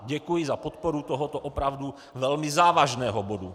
Děkuji za podporu tohoto opravdu velmi závažného bodu